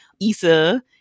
Issa